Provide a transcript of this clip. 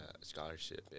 Scholarship